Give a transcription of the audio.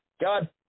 God